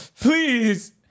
Please